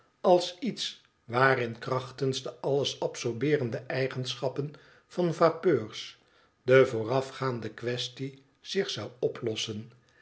als iets waarin krachtens de alles absorbeerende eigenschappen van vapeurs de voorafgaande quaestie zich zou oplossen